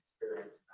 experience